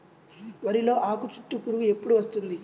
వరిలో ఆకుచుట్టు పురుగు ఎప్పుడు వస్తుంది?